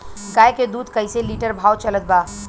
गाय के दूध कइसे लिटर भाव चलत बा?